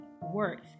works